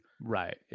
Right